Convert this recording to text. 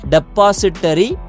Depository